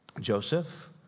Joseph